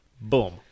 boom